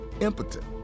impotent